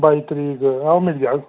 बाई तरीक आं मिली जाह्ग